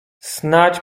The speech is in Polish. snadź